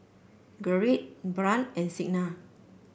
Gerrit Brant and Signa